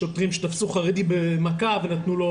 שוטרים שתפסו חרדי ונתנו לו